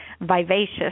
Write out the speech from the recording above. vivacious